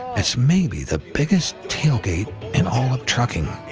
it's maybe the biggest tailgate in all of trucking.